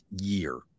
year